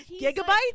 gigabytes